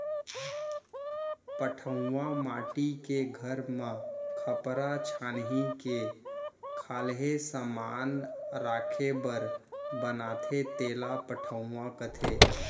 पटउहॉं माटी के घर म खपरा छानही के खाल्हे समान राखे बर बनाथे तेला पटउहॉं कथें